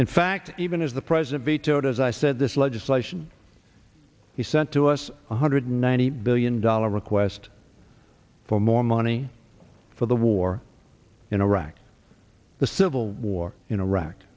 in fact even as the president vetoed as i said this legislation he sent to us one hundred ninety billion dollar request for more money for the war in iraq the civil war in iraq